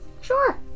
Sure